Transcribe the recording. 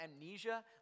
amnesia